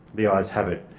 the ayes have it.